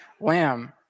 lamb